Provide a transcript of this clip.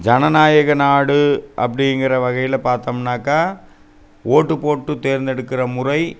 ஜனநாயக நாடு அப்படிங்குற வகையில் பார்த்தோம்னாக்கா ஓட்டு போட்டு தேர்ந்தெடுக்கிற முறை